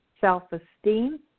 self-esteem